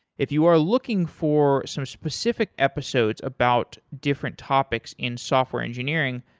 if you are looking for some specific episodes about different topics in software engineering,